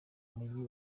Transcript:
mujyi